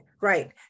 right